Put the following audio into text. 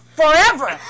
forever